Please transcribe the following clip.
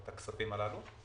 הכספים הללו.